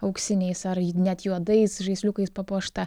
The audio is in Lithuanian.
auksiniais ar net juodais žaisliukais papuošta